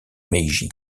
meiji